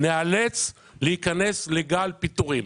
לצערי ניאלץ להיכנס לגל פיטורים.